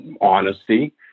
honesty